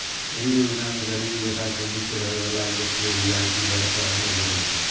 एहि योजना मे गरीबी रेखा सं निच्चा रहै बला लोक के रियायती दर पर अन्न भेटै छै